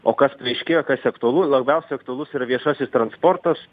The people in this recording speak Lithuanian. o kas paaiškėjo kas aktualu labiausiai aktualus yra viešasis transportas